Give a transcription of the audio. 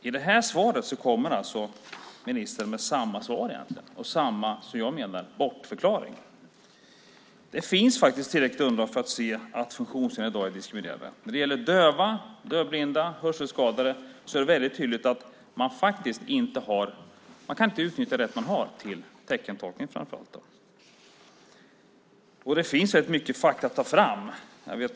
I det här svaret kommer ministern med egentligen samma svar och samma, som jag menar, bortförklaring. Det finns tillräckligt underlag för att se att funktionshinder i dag är diskriminerande. När det gäller döva, dövblinda och hörselskadade är det väldigt tydligt att man inte kan utnyttja den rätt man har till framför allt teckentolkning. Det finns mycket fakta att ta fram.